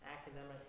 academic